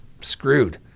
screwed